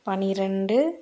பனிரெண்டு